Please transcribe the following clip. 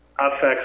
affects